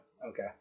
okay